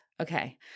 Okay